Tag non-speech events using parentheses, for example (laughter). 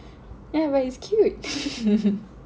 yeah but it's cute (laughs)